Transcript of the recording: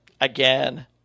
again